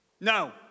No